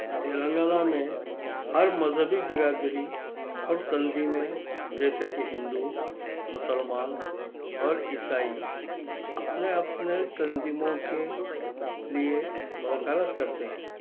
تلنگانہ میں ہر مذہبی برادری اور تنظیمیں جیسے کہ ہندو مسلمان اور عیسائی اپنے اپنے تنظیموں کے لئے وکالت کرتے ہیں